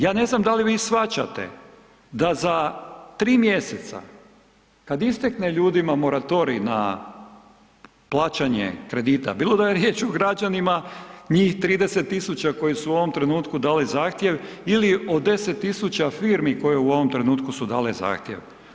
Ja ne znam da li vi shvaćate da za 3 mjeseca kad istekne ljudima moratorij na plaćanje kredita, bilo da je riječ o građanima, njih 30 000 koji su u ovom trenutku dali zahtjev ili o 10 000 firmi koji u ovom trenutku su dale zahtjev.